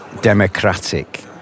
democratic